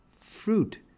fruit